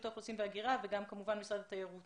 האוכלוסין וההגירה וגם ממשרד התיירות